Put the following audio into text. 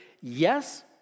yes